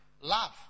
Love